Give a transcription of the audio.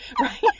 Right